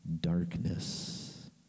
darkness